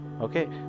okay